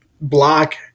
block